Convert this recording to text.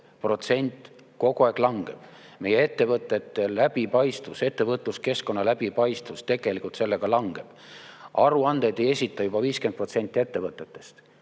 protsent kogu aeg langeb. Meie ettevõtete läbipaistvus, ettevõtluskeskkonna läbipaistvus tegelikult sellega langeb. Aruandeid ei esita juba 50% ettevõtetest